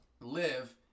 live